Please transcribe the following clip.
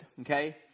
Okay